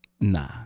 Nah